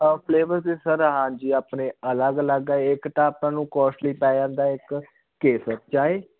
ਤਾਂ ਫਲੇਵਰਸ ਦੇ ਸਰ ਹਾਂਜੀ ਆਪਣੇ ਅਲੱਗ ਅਲੱਗ ਹੈ ਇੱਕ ਤਾਂ ਆਪਾਂ ਨੂੰ ਕੋਸਟਲੀ ਪੈ ਜਾਂਦਾ ਇੱਕ ਕੇਸਰ ਚਾਏ